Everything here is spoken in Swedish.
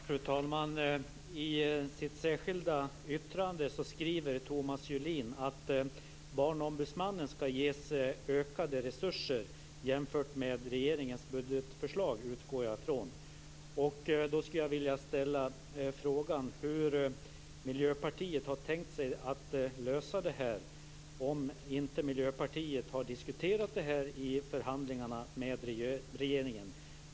Fru talman! I sitt särskilda yttrande skriver Thomas Julin att Barnombudsmannen skall ges ökade resurser - jämfört med regeringens budgetförslag, utgår jag från. Hur har Miljöpartiet tänkt sig en lösning här om Miljöpartiet inte har diskuterat detta i förhandlingarna med regeringen?